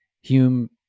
Hume